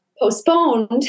postponed